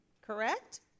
Correct